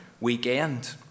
weekend